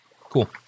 cool